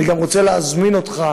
אני גם רוצה להזמין אותך.